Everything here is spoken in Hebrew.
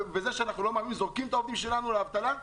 וזה שאנחנו זורקים את העובדים שלנו לאבטלה?